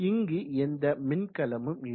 இங்கு எந்த மின்கலமும் இல்லை